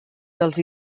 dels